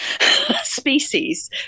species